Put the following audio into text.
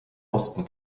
osten